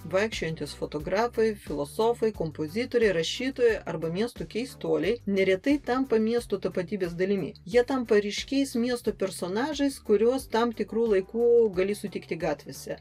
vaikščiojantys fotografai filosofai kompozitoriai rašytojai arba miesto keistuoliai neretai tampa miestų tapatybės dalimi jie tampa ryškiais miesto personažais kuriuos tam tikru laiku gali sutikti gatvėse